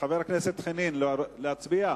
חנין, להצביע?